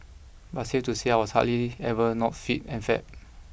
but safe to say I was hardly ever not fit and fab